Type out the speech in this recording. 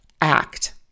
act